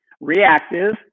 Reactive